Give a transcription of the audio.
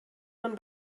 man